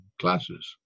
classes